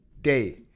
day